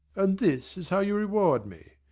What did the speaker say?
and this is how you reward me!